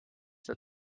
that